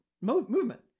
movement